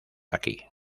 aquí